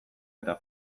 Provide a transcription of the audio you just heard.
eta